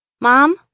Mom